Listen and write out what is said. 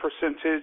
percentage